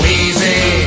easy